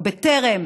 או בטרם